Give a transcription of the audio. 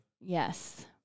Yes